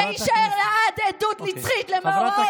זה יישאר לעד עדות נצחית למאורעות תשפ"א.